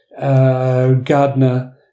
Gardner